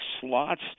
slots